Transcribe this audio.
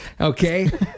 Okay